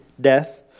death